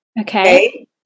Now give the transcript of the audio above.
Okay